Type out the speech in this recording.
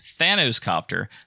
Thanoscopter